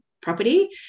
property